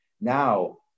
Now